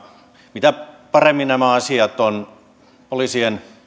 mitä paremmin nämä asiat ovat poliisien